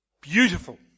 beautiful